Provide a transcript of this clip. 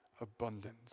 abundance